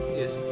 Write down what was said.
yes